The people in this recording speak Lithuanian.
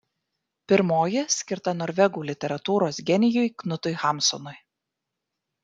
pirmoji skirta norvegų literatūros genijui knutui hamsunui